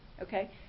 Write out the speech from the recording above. Okay